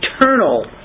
Eternal